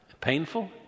painful